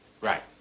Right